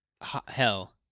Hell